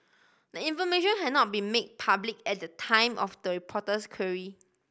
the information had not been made public at the time of the reporter's query